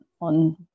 on